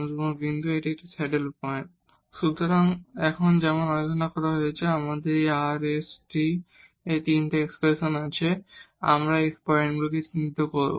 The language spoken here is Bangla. rfxx x y 2e−x2−4 y2 4−20 x28 x4−y22 x2y2 sfxy x y 4 xy e−x2−4 y2−1716 x24 y2 tfyy x y 2e−x2−4 y21−20 y2−16 x2−128 x2y232 y4 সুতরাং এখন যেমন আলোচনা করা হয়েছে আমাদের এই r s এবং t এই তিনটি এক্সপ্রেশন আছে তাই আমরা এখন এই পয়েন্টগুলি চিহ্নিত করব